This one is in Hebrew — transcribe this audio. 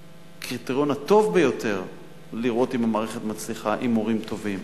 הקריטריון הטוב ביותר הוא לראות אם המערכת מצליחה עם מורים טובים.